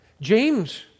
James